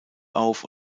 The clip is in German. auf